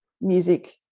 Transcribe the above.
music